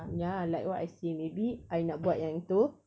ya like what I say maybe I nak buat yang tu